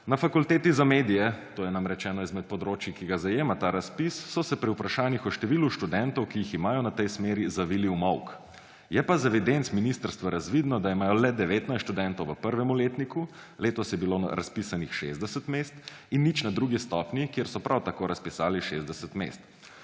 Na Fakulteti za medije, to je. namreč eno izmed področij, ki ga zajema ta razpis, so se pri vprašanjih o številu študentov, ki jih imajo na tej smeri, zavili v molk. Je pa iz evidenc ministrstva za razvidno, da imajo le 19 študentov v 1. letniku, letos je bilo razpisanih 60 mest; in nič na 2. stopnji, kjer so prav tako razpisali 60 mest.